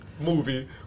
movie